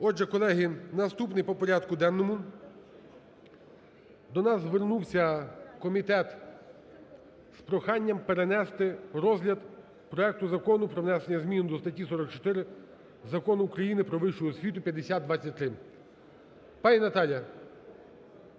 Отже, колеги, наступний по порядку денному. До нас звернувся комітет з проханням перенести розгляд проекту Закону про внесення зміни до статті 44 Закону України "Про вищу освіту" (5023). Пані Наталія,